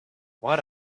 what